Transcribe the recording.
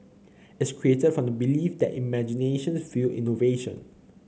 its created from the belief that imagination fuel innovation